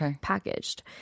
packaged